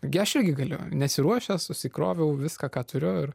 gi aš irgi galiu nesiruošia susikroviau viską ką turiu ir